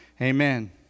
Amen